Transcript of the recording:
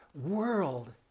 world